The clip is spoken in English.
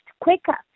quicker